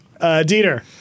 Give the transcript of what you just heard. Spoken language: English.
Dieter